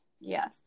yes